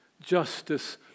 Justice